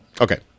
Okay